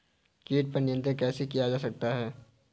कीट पर नियंत्रण कैसे किया जा सकता है?